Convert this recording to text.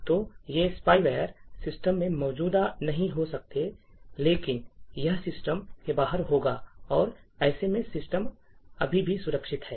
तो ये spyware system में मौजूद नहीं हो सकते हैं लेकिन यह सिस्टम के बाहर होगा और ऐसे में सिस्टम अभी भी सुरक्षित है